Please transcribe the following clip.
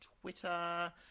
Twitter